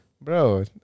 Bro